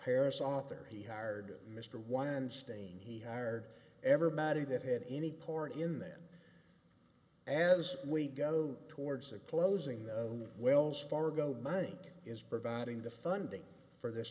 harris author he hired mr weinstein he hired everybody that had any part in then as we go towards the closing the wells fargo bank is providing the funding for this